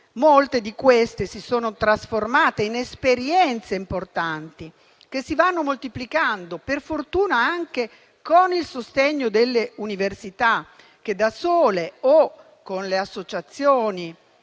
serie, molte si sono trasformate in esperienze importanti che si vanno moltiplicando, per fortuna anche con il sostegno delle università che, da sole o con associazioni